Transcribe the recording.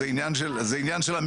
זה עניין של המקצוע.